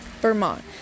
Vermont